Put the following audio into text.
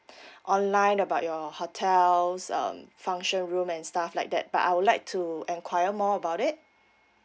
online about your hotels um function room and stuff like that but I would like to inquire more about it